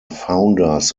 founders